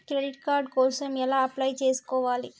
Credit card కోసం ఎలా apply చేసుకోవాలి?